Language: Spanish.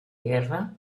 guerra